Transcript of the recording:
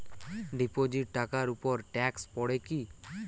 Deposit টাকার উপর tax পড়ে কি?